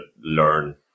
learn